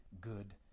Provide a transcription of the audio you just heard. good